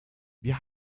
wir